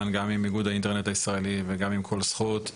גם עם איגוד האינטרנט הישראלי וגם עם "כל זכות",